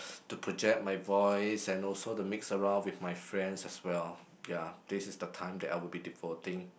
to project my voice and also to mix around with my friends as well ya this is the time that I will be devoting